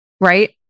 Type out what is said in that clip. Right